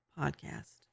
podcast